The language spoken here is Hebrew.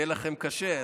יהיה לכם קשה,